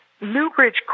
Newbridge